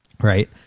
Right